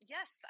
Yes